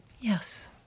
yes